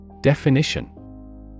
Definition